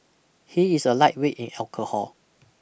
he is a lightweight in alcohol